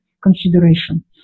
consideration